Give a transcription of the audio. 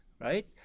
right